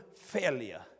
failure